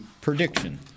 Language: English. prediction